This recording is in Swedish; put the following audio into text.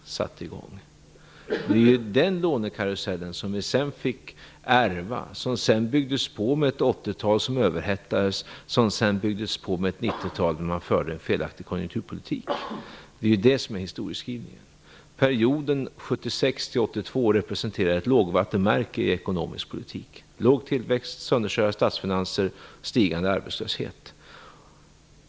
Det är ju den lånekarusellen som ni sedan fick ärva och som sedan byggdes på med ett 80-talet som överhettades och sedan byggdes på med ett 90-tal där man förde en felaktig konjunkturpolitik. Det är ju detta som är historieskrivningen. Perioden 1976-1982 representerar ett lågvattenmärke i ekonomisk politik med låg tillväxt, sönderkörda statsfinanser och stigande arbetslöshet.